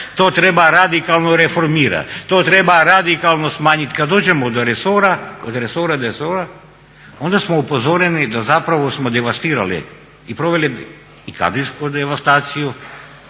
To treba radikalno reformirati, to treba radikalno smanjiti. Kad dođemo do resora od resora do resora onda smo upozoreni da zapravo smo devastirali i kadrovsku devastaciju